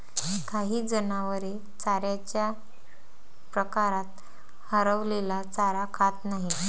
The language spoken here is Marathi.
काही जनावरे चाऱ्याच्या प्रकारात हरवलेला चारा खात नाहीत